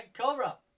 Cobra